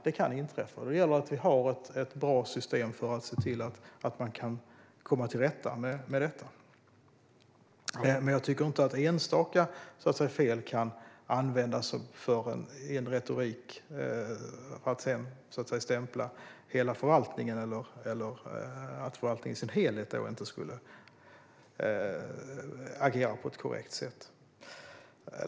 Det kan inträffa, och då gäller det att vi har ett bra system för att se till att man kan komma till rätta med detta. Men jag tycker inte att enstaka fel kan vara grund för att använda en retorik som stämplar hela förvaltningen eller för att hävda att förvaltningen i sin helhet inte skulle agera på ett korrekt sätt.